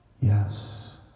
Yes